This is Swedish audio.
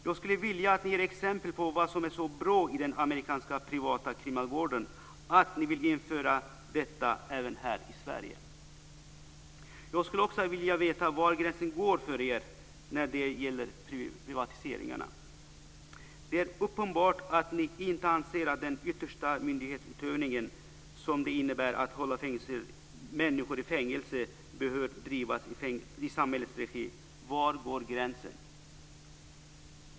Jag skulle vilja att ni ger exempel på vad som är så bra i den amerikanska privata kriminalvården att ni vill införa detta även här i Sverige. Jag skulle också vilja veta var gränsen går för er när det gäller privatiseringarna. Det är uppenbart att ni inte anser att den yttersta myndighetsutövningen, som det innebär att hålla människor i fängelse, behöver drivas i samhällets regi. Var går gränsen?